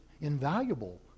invaluable